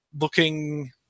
looking